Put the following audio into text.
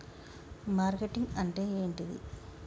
Marketing అంటే ఏంటిది?